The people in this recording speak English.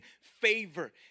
favor